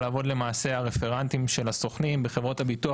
להיות למעשה הרפרנטים של הסוכנים בחברות הביטוח,